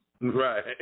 Right